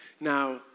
Now